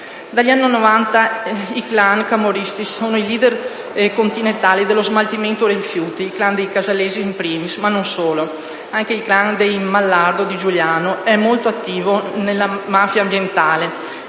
Dagli anni Novanta i *clan* camorristici sono i *leader* continentali dello smaltimento dei rifiuti. Il *clan* dei casalesi *in primis*, ma non solo. Anche il *clan* dei Mallardo di Giugliano è molto attivo nella mafia ambientale.